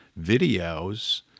videos